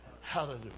Hallelujah